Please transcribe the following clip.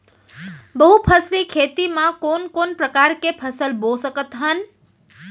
बहुफसली खेती मा कोन कोन प्रकार के फसल बो सकत हन?